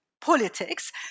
politics